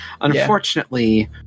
Unfortunately